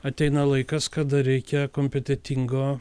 ateina laikas kada reikia kompetentingo